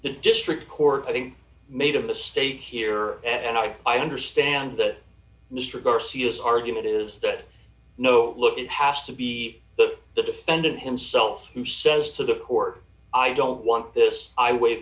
the district court i think made a mistake here and i i understand that mr garcia's argument is d that no look it has to be that the defendant himself who says to the court i don't want this i wa